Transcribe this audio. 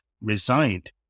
resigned